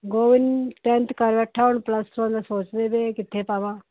Gobind tenth ਕਰ ਬੈਠਾ ਹੁਣ ਪਲੱਸ ਵਨ ਦਾ ਸੋਚਦੇ ਪਏ ਕਿੱਥੇ ਪਾਵਾਂ